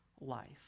life